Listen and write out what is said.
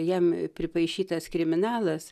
jam pripaišytas kriminalas